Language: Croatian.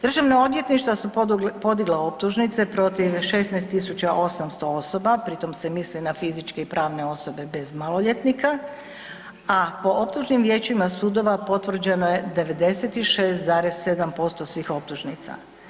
Državna odvjetništva su podigla optužnice protiv 16 800 osoba, pritom se misli na fizičke i pravne osobe bez maloljetnika, a po optužnim vijećima sudova potvrđeno je 96,7% svih optužnica.